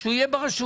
שהוא יהיה ברשות.